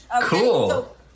cool